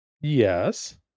yes